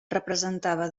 representava